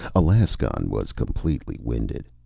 alaskon was completely winded.